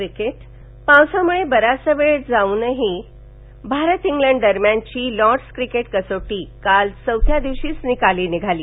फ्रिफेट पावसामुळे बराचसावेळ वाया जाऊनही भारत इंग्लंड दरम्यानची लॉर्डस क्रिकेट कसोटी काल चौथ्या दिवशीच निकाली निघाली